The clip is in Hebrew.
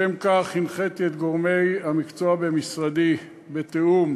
לשם כך הנחיתי את גורמי המקצוע במשרדי, בתיאום